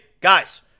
Guys